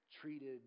treated